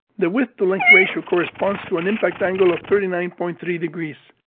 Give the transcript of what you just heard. the width-to-length ratio corresponds to an impact angle of thirty nine point three degrees.